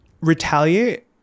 retaliate